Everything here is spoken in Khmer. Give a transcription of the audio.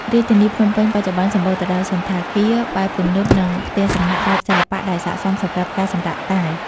រាជធានីភ្នំពេញបច្ចុប្បន្នសម្បូរទៅដោយសណ្ឋាគារបែបទំនើប និងផ្ទះសំណាក់បែបសិល្បៈដែលស័ក្តិសមសម្រាប់ការសម្រាកកាយ។